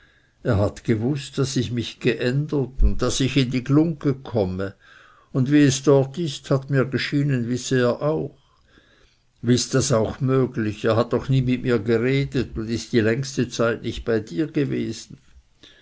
er hat gewußt daß ich mich geändert daß ich in die glungge komme und wie es dort ist hat mir geschienen wisse er auch wie ist das auch möglich er hat doch nie mit mir geredet und ist die längste zeit nicht bei dir gewesen